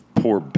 poor